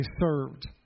served